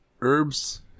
herbs